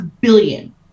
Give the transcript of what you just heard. billion